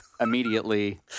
immediately